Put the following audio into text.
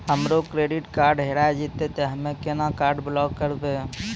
हमरो credit card हेरा जेतै ते हम्मय केना कार्ड ब्लॉक करबै?